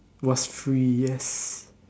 was free yes